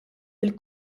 fil